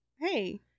hey